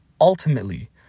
ultimately